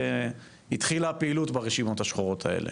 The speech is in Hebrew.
התחילה הפעילות ברשימות השחורות האלה.